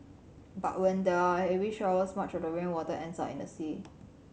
but when there are heavy showers much of the rainwater ends up in the sea